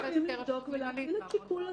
--- צריכים לבדוק ולהעמיד את שיקול הדעת.